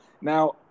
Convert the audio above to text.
Now